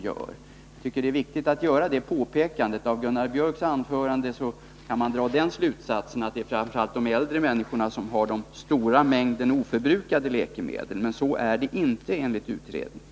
Jag tycker det är viktigt att göra det här påpekandet, för av Gunnar Biörcks anförande kan man få intrycket att det framför allt är de äldre människorna som har stora mängder oförbrukade läkemedel, och så är det alltså inte enligt utredningen.